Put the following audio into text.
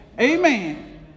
Amen